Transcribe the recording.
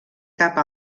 cap